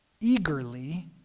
eagerly